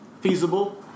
feasible